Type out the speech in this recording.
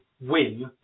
win